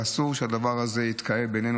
ואסור שהדבר הזה יתקהה בעינינו.